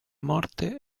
morte